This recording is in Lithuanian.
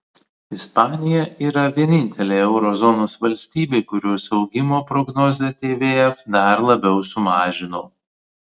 ispanija yra vienintelė euro zonos valstybė kurios augimo prognozę tvf dar labiau sumažino